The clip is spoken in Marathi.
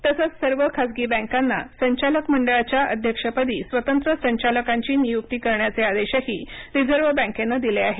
तसंच सर्व खासगी बँकांना संचालक मंडळाच्या अध्यक्षपदी स्वतंत्र संचालकांची नियुक्ती करण्याचे आदेशही रिझर्व बँकेने दिले आहेत